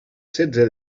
setze